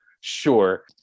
Sure